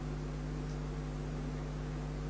שומעים.